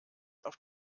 auf